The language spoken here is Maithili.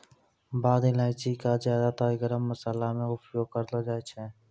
बड़ी इलायची कॅ ज्यादातर गरम मशाला मॅ उपयोग करलो जाय छै